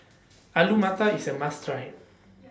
Alu Matar IS A must Try